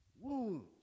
wounds